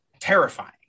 terrifying